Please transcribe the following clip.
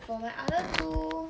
for my other two